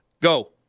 Go